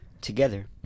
together